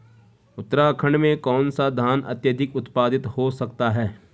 उत्तराखंड में कौन सा धान अत्याधिक उत्पादित हो सकता है?